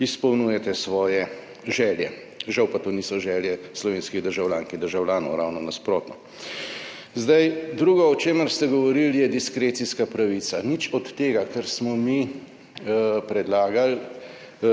izpolnjujete svoje želje, žal pa to niso želje slovenskih državljank in državljanov, ravno nasprotno. Zdaj, drugo o čemer ste govorili je diskrecijska pravica, nič od tega kar smo mi predlagali